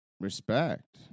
respect